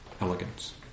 elegance